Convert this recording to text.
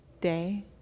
day